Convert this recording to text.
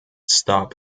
stop